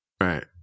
Right